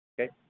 Okay